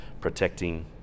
protecting